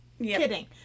Kidding